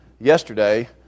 yesterday